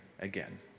again